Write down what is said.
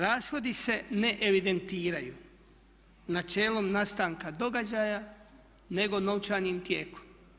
Rashodi se ne evidentiraju načelom nastanka događaja nego novčanim tijekom.